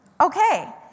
Okay